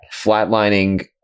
flatlining